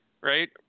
Right